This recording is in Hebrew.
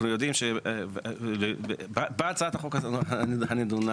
אנחנו יודעים, שבהצעת החוק הזו הנידונה,